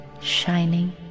shining